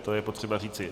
To je potřeba říci.